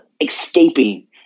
escaping